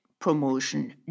promotion